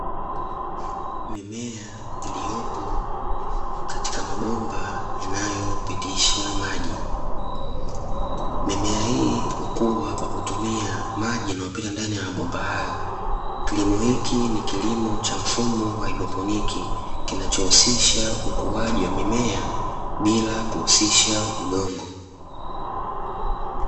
Mimea iliyopo katika mabomba yanayopitisha maji, mimea hii hukua kwa kutumia maji yanayopita ndani ya mabomba hayo, kilimo hiki ni kilimo cha mfumo wa haidroponi kinachohusisha ukuaji wa mimea bila kutumia udongo.